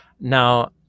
Now